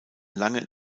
lange